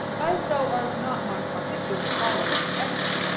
as thou art not my particular father confessor,